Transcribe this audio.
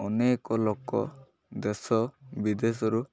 ଅନେକ ଲୋକ ଦେଶ ବିଦେଶରୁ